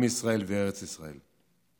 עם ישראל וארץ ישראל.